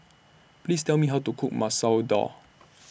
Please Tell Me How to Cook Masoor Dal